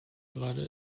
gerade